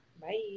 Bye